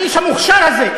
האיש המוכשר הזה,